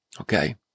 Okay